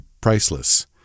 priceless